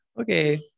Okay